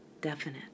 definite